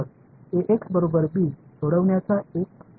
तर ax बरोबर b सोडवण्याच्या हा एक मार्ग आहे